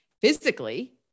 physically